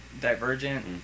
Divergent